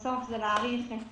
בסוף זה להאריך את